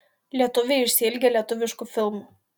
lietuviai išsiilgę lietuviškų filmų